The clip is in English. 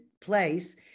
place